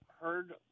heard